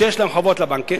הבנקים, שיש להן חובות לבנקים,